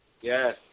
Yes